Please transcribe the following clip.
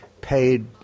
paid